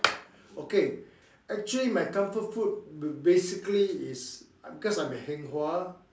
okay actually my comfort food ba~ basically is because I'm a heng hua